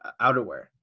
outerwear